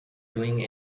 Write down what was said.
doing